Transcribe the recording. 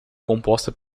composta